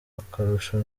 akarusho